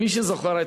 מי שזוכר,